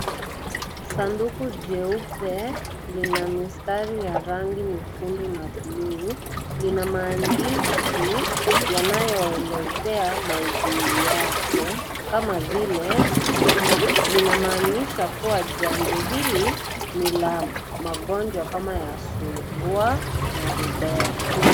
Sanduku jeupe Lina mistari ya rangi nyekundu na blue . Lina maandishi yanayoelezea maudui yake kama vile linamaanisha kuwa chanjo hili ni la magonjwa kama ya surua na Rubella.